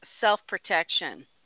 self-protection